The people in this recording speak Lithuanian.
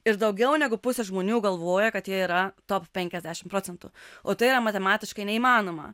ir daugiau negu pusė žmonių galvoja kad jie yra top penkiasdešim procentų o tai yra matematiškai neįmanoma